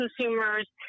consumers